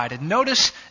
Notice